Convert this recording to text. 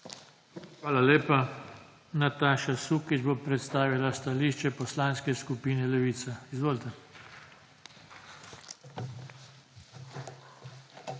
Hvala lepa. Nataša Sukič bo predstavila stališče Poslanske skupine Levica. Izvolite.